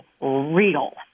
real